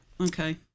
Okay